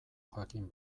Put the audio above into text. jakin